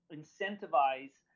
incentivize